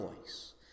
voice